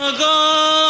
da